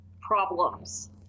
problems